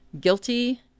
guilty